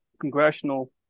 congressional